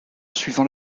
suivant